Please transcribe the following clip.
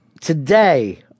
today